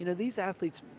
and these athletes,